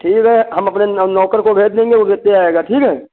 ठीक है हम अपने नौकर को भेज देंगे वो लेते आएगा ठीक है